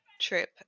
trip